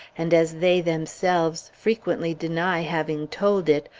and as they themselves frequently deny having told it,